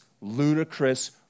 ludicrous